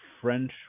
French